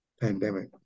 Pandemic